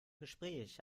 gespräch